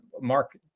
Mark